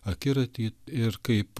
akiratį ir kaip